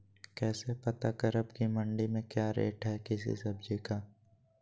कैसे पता करब की मंडी में क्या रेट है किसी सब्जी का?